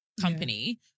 company